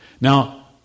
Now